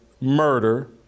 murder